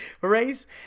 race